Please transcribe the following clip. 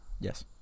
Yes